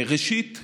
ראשית,